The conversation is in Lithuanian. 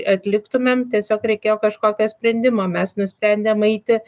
atliktumėm tiesiog reikėjo kažkokio sprendimo mes nusprendėm eiti